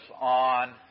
on